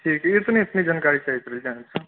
ठीक ईतने ईतने जानकारी चाहैत रहलिय अहाँ सँ